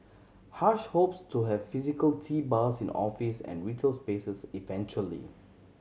Hush hopes to have physical tea bars in offices and retail spaces eventually